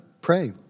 pray